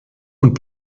und